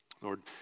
Lord